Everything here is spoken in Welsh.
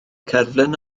cerflun